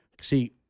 See